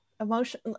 emotion